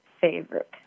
favorite